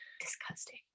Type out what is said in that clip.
Disgusting